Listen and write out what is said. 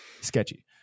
sketchy